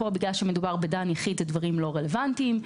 פה, בגלל שמדובר בדן יחיד, הדברים לא רלוונטיים.